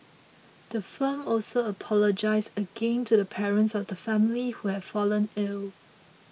the firm also apologised again to the parents of the family who have fallen ill